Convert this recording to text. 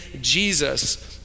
Jesus